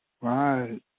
Right